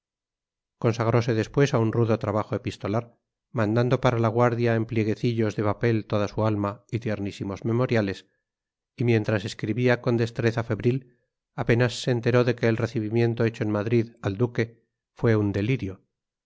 días consagrose después a un rudo trabajo epistolar mandando para la guardia en plieguecillos de papel toda su alma y tiernísimos memoriales y mientras escribía con destreza febril apenas se enteró de que el recibimiento hecho en madrid al duque fue un delirio